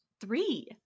three